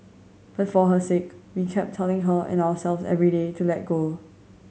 but for her sake we kept telling her and ourselves every day to let go